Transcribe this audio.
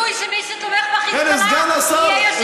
צודק.